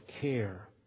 care